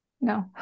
No